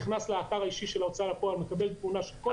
נכנס לאתר האישי של ההוצאה לפועל ומקבל תמונה לגבי כל חובותיו.